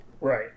Right